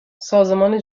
سازمان